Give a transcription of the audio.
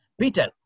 Peter